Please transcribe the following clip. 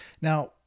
now